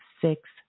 six